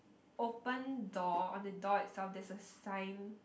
open door on the door itself there's a sign